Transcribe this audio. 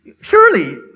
Surely